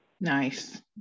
Nice